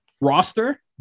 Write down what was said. roster